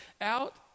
out